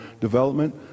development